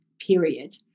period